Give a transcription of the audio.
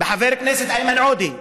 בחבר הכנסת איימן עודה,